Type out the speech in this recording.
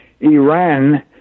iran